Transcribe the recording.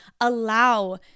allow